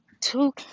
two